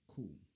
Cool